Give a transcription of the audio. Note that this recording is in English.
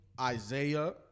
Isaiah